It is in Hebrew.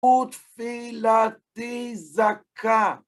ותפילתי זכה